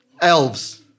Elves